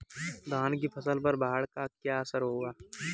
धान की फसल पर बाढ़ का क्या असर होगा?